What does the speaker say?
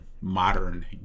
modern